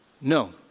No